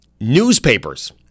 newspapers